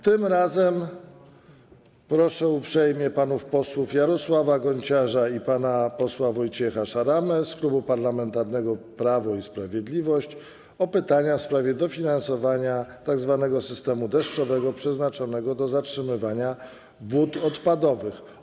Tym razem proszę uprzejmie panów posłów Jarosława Gonciarza i Wojciecha Szaramę z Klubu Parlamentarnego Prawo i Sprawiedliwość o pytanie w sprawie dofinansowania tzw. systemu deszczowego przeznaczonego do zatrzymywania wód opadowych.